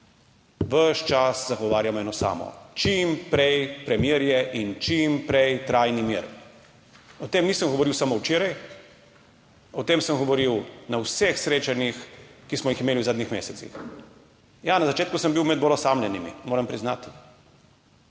ves čas zagovarjamo eno samo: čim prej premirje in čim prej trajni mir. O tem nisem govoril samo včeraj, o tem sem govoril na vseh srečanjih, ki smo jih imeli v zadnjih mesecih. Ja, na začetku sem bil med bolj osamljenimi, moram priznati.